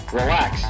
relax